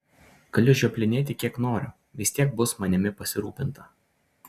galiu žioplinėti kiek noriu vis tiek bus manimi pasirūpinta